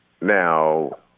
Now